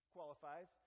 Qualifies